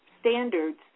standards